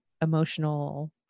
emotional